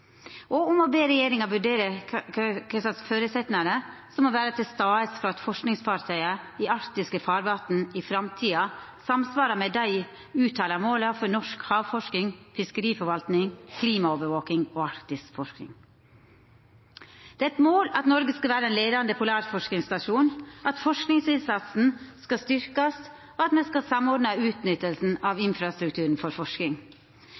einige om å be regjeringa vurdera kva føresetnader som må vera til stades for at forskingsfartøya i arktiske farvatn i framtida samsvarar med dei uttala måla for norsk havforsking, fiskeriforvaltning, klimaovervaking og arktisk forsking. Det er eit mål at Noreg skal vera ein leiande polarforskingsnasjon, at forskingsinnsatsen skal styrkjast, og at me skal samordna utnyttinga av infrastrukturen for forsking.